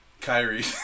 Kyrie